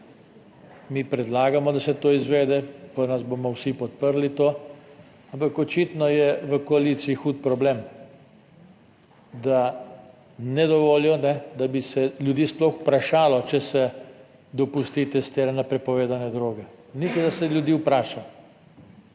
Mi predlagamo, da se to izvede, pri nas bomo vsi podprli to, ampak očitno je v koaliciji hud problem, da ne dovolijo, da bi se ljudi sploh vprašalo, če se dopusti te stene na prepovedane droge, niti da se ljudi vpraša.